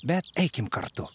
bet eikim kartu